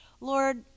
Lord